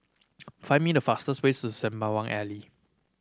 find me the fastest ways Sembawang Alley